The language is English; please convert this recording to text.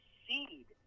seed